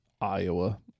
Iowa